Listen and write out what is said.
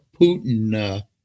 Putin